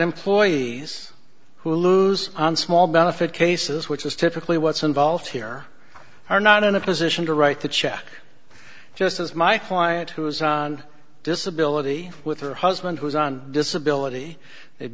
employees who lose on small benefit cases which is typically what's involved here are not in a position to write the check just as my client who is on disability with her husband who is on disability